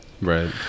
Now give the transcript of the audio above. right